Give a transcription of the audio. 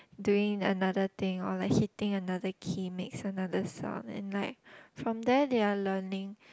doing another thing or like hitting another key makes another sound and like from there they are learning